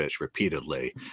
repeatedly